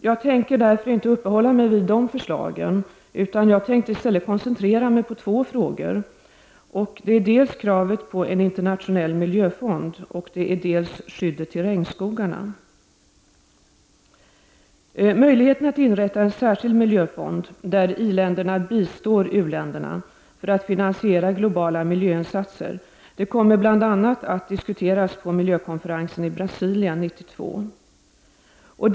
Jag tänker därför inte uppehålla mig vid de förslagen, utan jag tänker i stället koncentrera mig på två frågor, nämligen dels kravet på en internationell miljöfond, dels skyddet av regnskogarna. Möjligheten att inrätta en särskild miljöfond, där iländerna bistår u-länderna för att finansiera globala miljöinsatser, kommer bl.a. att diskuteras på miljökonferensen i Brasilien 1992.